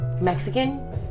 Mexican